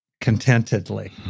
contentedly